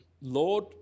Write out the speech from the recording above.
Lord